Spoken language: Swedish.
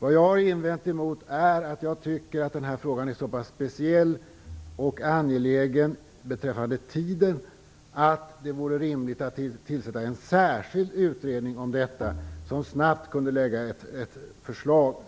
Vad jag har invänt emot är att jag anser att den här frågan är så pass speciell och angelägen beträffande tiden att det vore rimligt att tillsätta en särskild utredning som snabbt kunde lägga fram ett förslag, och